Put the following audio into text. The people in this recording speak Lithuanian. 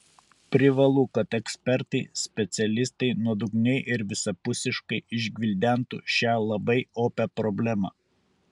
privalu kad ekspertai specialistai nuodugniai ir visapusiškai išgvildentų šią labai opią problemą